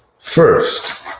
first